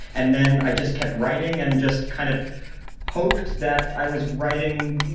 and then i just kept writing and just kind of hoped that i was writing,